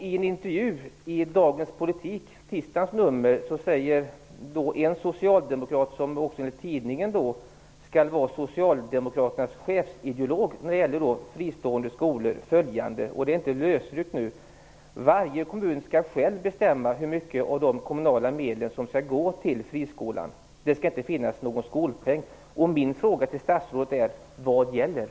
I en intervju i Dagens Politik, tisdagens nummer, säger en socialdemokrat som enligt tidningen skall vara Socialdemokraternas chefsideolog när det gäller fristående skolor följande - och det här är inte lösryckt: "Varje kommun skall själv bestämma hur mycket av de kommunala medlen som skall gå till friskolan. Det skall inte finnas någon skolpeng."